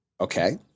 Okay